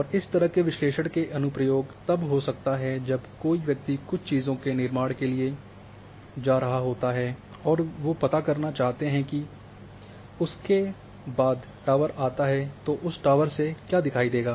और इस तरह के विश्लेषण के अनुप्रयोग तब हो सकता है जब कोई व्यक्ति कुछ चीजों के निर्माण के लिए जा रहा होता है और वे पता करना चाहते हैं है कि उसके बाद टॉवर आता है तो उस टॉवर से क्या दिखाई देगा